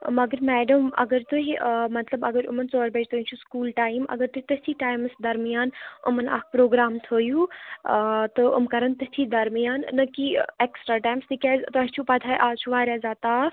مگر میڈَم اگر تُہۍ ٲں مطلب اگر یِمَن ژورِ بَجہِ تانۍ چھُ سکوٗل ٹایِم اگر تُہۍ تَتھِی ٹایِمَس درمیان إمَن اَکھ پرٛوگرام تھٲیِو ٲں تہٕ یِم کَرَن تَتھِی درمیان نہ کہِ ایکٕسٹرٛا ٹایمَس تہِ کیازِ تۄہہِ چھُو پَتہٕے اَز چھُ وارٕیاہ زیادٕ تاپھ